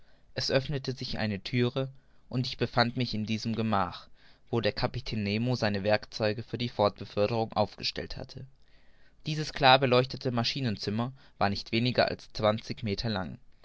es öffnete sich eine thüre und ich befand mich in diesem gemach wo der kapitän nemo seine werkzeuge für die fortbeförderung aufgestellt hatte dieses klar beleuchtete maschinenzimmer war nicht weniger als zwanzig meter lang